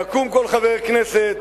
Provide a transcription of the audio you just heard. יקום כל חבר כנסת,